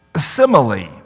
Simile